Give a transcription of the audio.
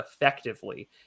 effectively